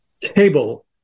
cable